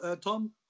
Tom